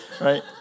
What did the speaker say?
right